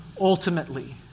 ultimately